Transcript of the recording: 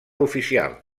oficial